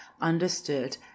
understood